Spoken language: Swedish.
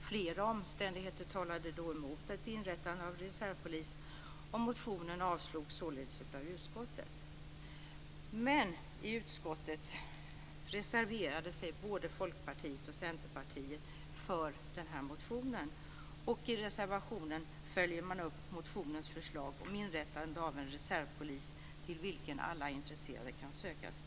Flera omständigheter talade då emot ett inrättande av reservpoliser, och motionen avstyrktes således av utskottet. Men både Folkpartiet och Centerpartiet reserverade sig för den här motionen i utskottet. I reservationen följer man upp motionens förslag om inrättandet av en reservpolis till vilken alla intresserade kan söka sig.